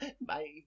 bye